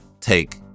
take